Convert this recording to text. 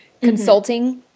consulting